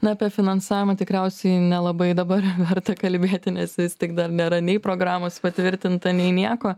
na apie finansavimą tikriausiai nelabai dabar verta kalbėti nes vis tik dar nėra nei programos patvirtinta nei nieko